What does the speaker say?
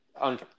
on